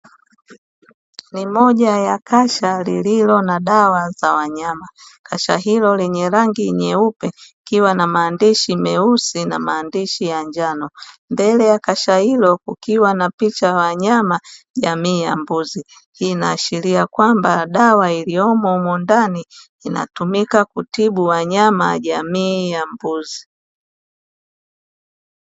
Ni moja ya kasha lililo na dawa za wanyama. Kasha hilo lenye rangi nyeupe likiwa na maandishi meusi na maandishi ya njano. Mbele ya kasha hilo kukiwa na picha ya wanyama jamii ya mbuzi; hii inaashiria ya kwamba dawa iliyomo humo ndani inatumika kutibu wanyama jamii ya mbuzi.